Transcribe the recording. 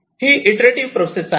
ही iterative process आहे